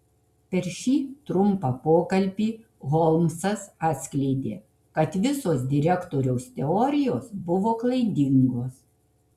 per šį trumpą pokalbį holmsas atskleidė kad visos direktoriaus teorijos buvo klaidingos